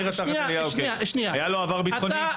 היה לו עבר ביטחוני?